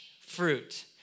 fruit